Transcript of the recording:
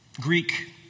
Greek